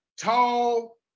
tall